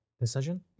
decision